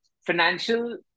financial